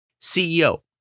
CEO